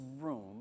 room